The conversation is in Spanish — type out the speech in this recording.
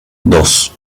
dos